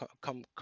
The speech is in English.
Come